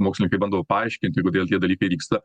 mokslininkai bando paaiškinti kodėl tie dalykai vyksta